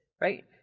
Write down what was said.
Right